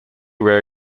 rare